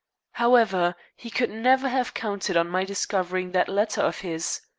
however, he could never have counted on my discovering that letter of his.